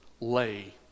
lay